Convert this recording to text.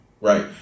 Right